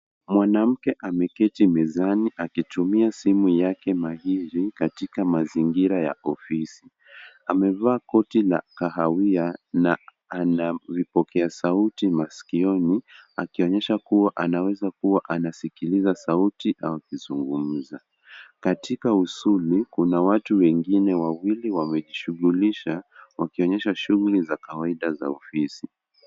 Mwanamke ameketi mezani akitumia simu yake mahiri katika mazingira ya ofisi. Amevaa koti la kahawia na anavipokea sauti masikioni, akionyesha kuwa anaweza kuwa anasikiliza sauti au akizungumza. Katika usuli kuna watu wengine wawili wamejishughulisha wakionyesha shughuli za kawaida za ofisi.